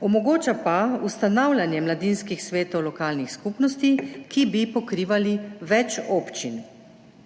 omogoča pa ustanavljanje mladinskih svetov lokalnih skupnosti, ki bi pokrivali več občin.